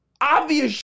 obvious